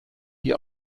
die